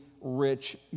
rich